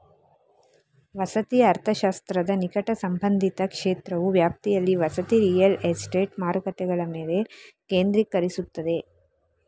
ವಸತಿ ಅರ್ಥಶಾಸ್ತ್ರದ ನಿಕಟ ಸಂಬಂಧಿತ ಕ್ಷೇತ್ರವು ವ್ಯಾಪ್ತಿಯಲ್ಲಿ ವಸತಿ ರಿಯಲ್ ಎಸ್ಟೇಟ್ ಮಾರುಕಟ್ಟೆಗಳ ಮೇಲೆ ಕೇಂದ್ರೀಕರಿಸುತ್ತದೆ